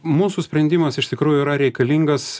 mūsų sprendimas iš tikrųjų yra reikalingas